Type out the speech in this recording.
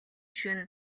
шөнө